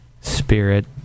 Spirit